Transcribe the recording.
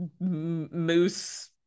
Moose